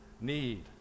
need